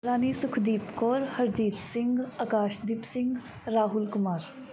Rani Sukhdeep Kaur Harjeet Singh Akashdeep Singh Rahul Kumar